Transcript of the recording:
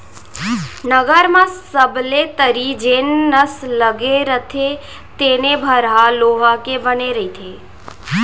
नंगर म सबले तरी जेन नस लगे रथे तेने भर ह लोहा के बने रथे